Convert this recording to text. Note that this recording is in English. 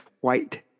white